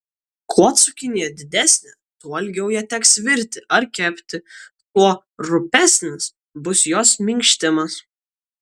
kuo cukinija didesnė tuo ilgiau ją teks virti ar kepti tuo rupesnis bus jos minkštimas